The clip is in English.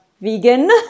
vegan